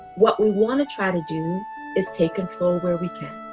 what we want to try to do is take control where we can.